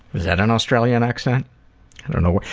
that an australian accent? i don't know.